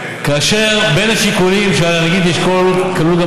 בין השיקולים שעל הנגיד לשקול כלול גם